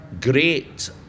Great